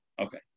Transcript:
Okay